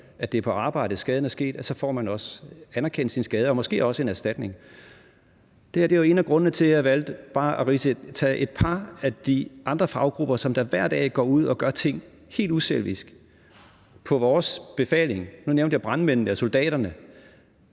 at det er på arbejdet, skaden er sket, så får man også anerkendt sin skade og måske også en erstatning. Det her var jo en af grundene til, at jeg valgte bare at tage et par af de andre faggrupper, der hver dag går ud og gør ting helt uselvisk på vores befaling, og nu nævnte jeg brandmændene, soldaterne